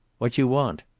what you want?